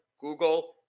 Google